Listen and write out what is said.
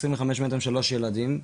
25 מ"ר, 3 ילדים,